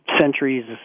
centuries